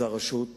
את רשות המסים,